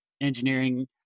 engineering